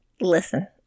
listen